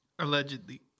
allegedly